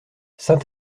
saint